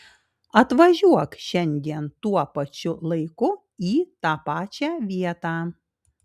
atvažiuok šiandien tuo pačiu laiku į tą pačią vietą